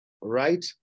Right